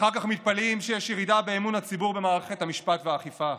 אחר כך מתפלאים שיש ירידה באמון הציבור במערכו המשפט והאכיפה.